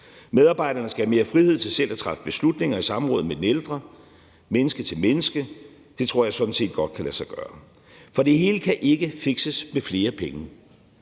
Medarbejderne skal have mere frihed til selv at træffe beslutninger i samråd med den ældre, menneske til menneske. Det tror jeg sådan set godt kan lade sig gøre. For det hele kan ikke fikses med flere penge,